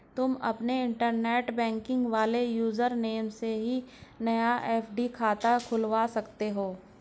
तुम अपने internet banking वाले यूज़र नेम से ही नया एफ.डी खाता खुलवा सकते हो